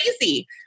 crazy